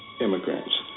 immigrants